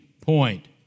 point